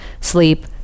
sleep